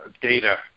data